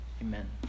Amen